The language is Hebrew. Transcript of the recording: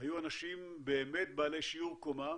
היו אנשים באמת בעלי שיעור קומה